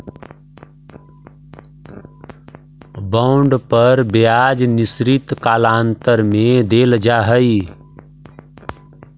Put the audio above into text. bond पर ब्याज निश्चित कालांतर में देल जा हई